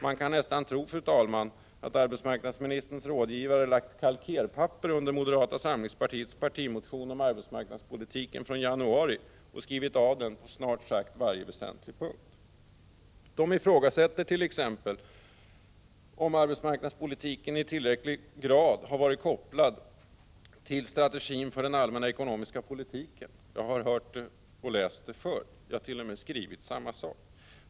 Man kan nästan tro, fru talman, att arbetsmarknadsministerns rådgivare lagt kalkerpapper under moderata samlingspartiets partimotion om arbetsmarknadspolitiken från januari och skrivit av den på snart sagt varje väsentlig punkt. De ifrågasätter t.ex. om arbetsmarknadspolitiken i tillräcklig grad har varit kopplad till strategin för den allmänna ekonomiska politiken. Jag har hört och läst det förr, ja, t.o.m. skrivit samma sak.